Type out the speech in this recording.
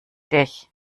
dich